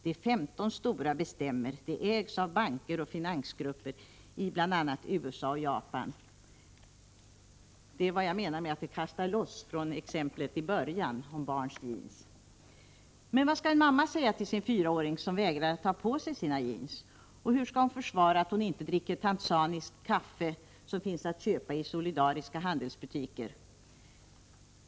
De 15 stora företagen bestämmer, och de ägs av banker och finansgrupper i bl.a. USA och Japan. Detta är ett exempel på att man kastar loss från exemplet i början om barns jeans. Men vad skall en mamma säga till sin fyraåring som vägrar att ta på sig sina jeans? Och hur skall hon försvara att hon inte dricker tanzaniskt kaffe, som finns att köpa i solidariska handelsbutiker?